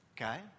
Okay